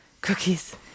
cookies